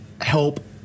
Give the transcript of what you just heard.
help